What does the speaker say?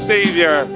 Savior